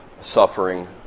suffering